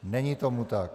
Není tomu tak.